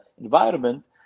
environment